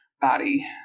body